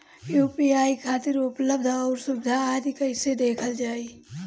UPI खातिर उपलब्ध आउर सुविधा आदि कइसे देखल जाइ?